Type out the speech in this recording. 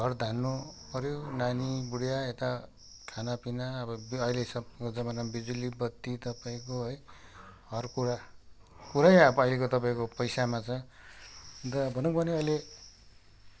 घर धान्नु पऱ्यो नानी बुढिया यता खानापिना अब अहिले सबैको जमानामा बिजुली बत्ती तपाईँको है हर कुरा कुरै अब अहिलेको तपाईँको पैसामा छ अन्त भनौँ भने अहिले